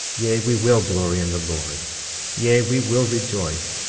yea, we will glory in the lord yea, we will rejoice,